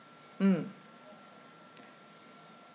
mm